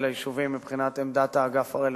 היישובים מבחינת עמדת האגף הרלוונטי.